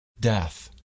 death